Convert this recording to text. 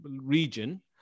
region